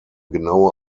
genaue